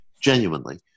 genuinely